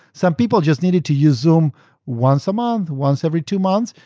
some people just needed to use zoom once a month, once every two months,